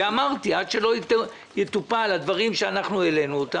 אמרתי שעד שלא יטופלו הדברים שאנחנו העלינו,